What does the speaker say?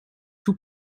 sous